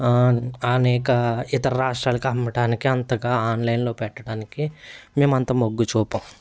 అనేక ఇతర రాష్ట్రాలకు అమ్మటానికి అంతగా ఆన్లైన్లో పెట్టడానికి మేమంతా మొగ్గు చూపము